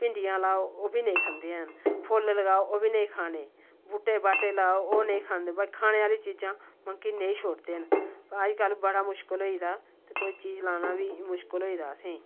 भिंडियां लाओ ओह् बी नेईं खंदे हैन फोल्ल लगाओ ओह् बी निं खाने बूह्टे बाह्टे लाओ ओह् नेईं खंदे पर खाने आह्ली चीजां मंकी नेईं छोड़दे हैन अज्जकल बड़ा मुश्कल होई गेदा ते कोई चीज लाना बी मुश्कल होई गेदा असेंगी